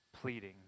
pleading